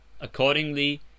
Accordingly